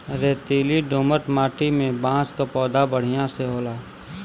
रेतीली दोमट माटी में बांस क पौधा बढ़िया से होला